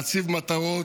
הוא להציב מטרות,